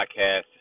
podcast